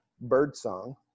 birdsong